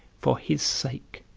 for his sake,